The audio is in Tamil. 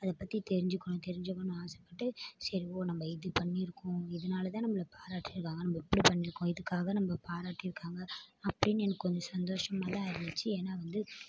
அதை பற்றி தெரிஞ்சுக்கணும் தெரிஞ்சுக்கணுன்னு ஆசைப்பட்டு சரி ஓ நம்ம இது பண்ணியிருக்கோம் இதனால தான் நம்மள பாராட்டியிருக்காங்க நம்ம இது இப்படி பண்ணியிருக்கோம் இதுக்காக நம்ம பாராட்டியிருக்காங்க அப்படின் எனக்கு கொஞ்சம் சந்தோஷமாக தான் இருந்துச்சு ஏன்னா வந்து